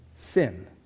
sin